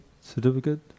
certificate